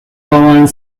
gogoan